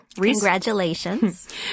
Congratulations